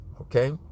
okay